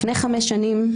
לפני חמש שנים,